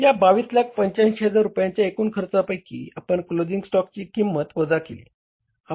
या 2285000 रुपयांच्या एकूण खर्चापैकी आपण क्लोझिंग स्टॉक ची किंमत वजा केली